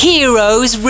Heroes